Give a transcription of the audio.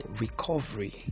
recovery